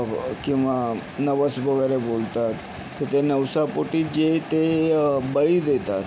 किंवा नवस वगैरे बोलतात तर ते नवसापोटी जे ते बळी देतात